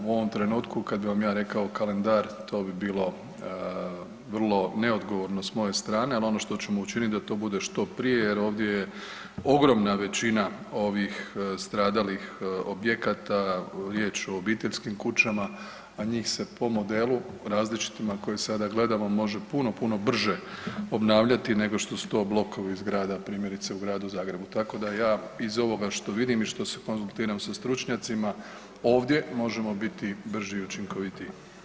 U ovom trenutku kada bi vam ja rekao kalendar to bi bilo vrlo neodgovorno s moje strane, ali ono što ćemo učiniti da to bude što prije jer ovdje je ogromna većina ovih stradalih objekata, riječ je o obiteljskim kućama, a njih se po modelu različitima koje sada gledamo može puno, puno brže obnavljati nego što su to blokovi zgrada, primjerice u Gradu Zagrebu, tako da ja iz ovoga što vidim i što se konzultiram sa stručnjacima ovdje možemo biti brži i učinkovitiji.